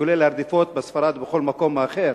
כולל הרדיפות בספרד ובכל מקום אחר,